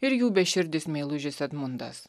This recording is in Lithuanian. ir jų beširdis meilužis edmundas